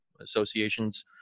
associations